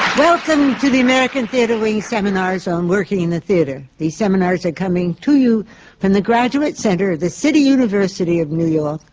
welcome to the american theatre wing seminars on working in the theatre. these seminars are coming to you from the graduate center of the city university of new york,